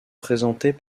présentées